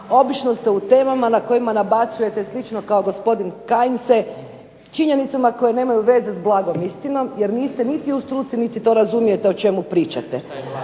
Obično ste u temama na kojima nabacujete slično kao gospodin Kajin činjenicama koje nemaju veze s blagom istinom jer niste niti u struci niti to razumijete o čemu pričate,